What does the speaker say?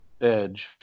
Edge